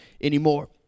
anymore